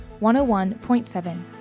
101.7